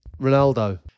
Ronaldo